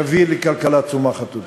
יביא לכלכלה צומחת.